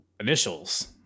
initials